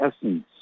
essence